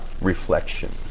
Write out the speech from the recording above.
reflection